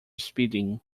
speeding